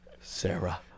Sarah